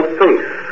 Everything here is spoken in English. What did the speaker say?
face